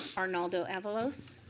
arnoldo avalos.